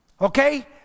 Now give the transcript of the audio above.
Okay